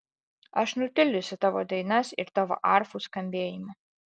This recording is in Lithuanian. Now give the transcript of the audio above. aš nutildysiu tavo dainas ir tavo arfų skambėjimą